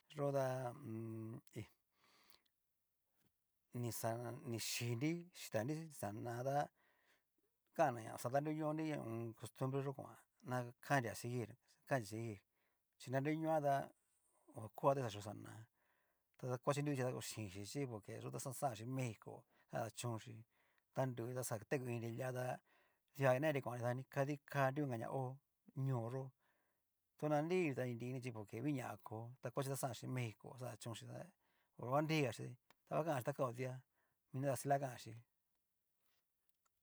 Yo ta hu u un. hí nixa ni xhii'nri xhitanri xana tá kana na oxa danruñonri costumbreyó kuan, na kanria seguir kanria seguir chí na nruñoa tá ho koga ta ni xa yó xana ta takuachi nrui vichí ta oxinxhi chí porque yó ta xa xanchi mexico xa chónxi ta nru taxa tekuininri lia tá duanenri kuannri dani kadi ká nru onka ña hó ñoo yó tu na nru ta ni nrini chi nguñaga ko xanchi mexico xan kadachónxi dá ho huanrigachí, ta ngua kanchí ta kao di'a mini kastila kanxhí.